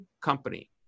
company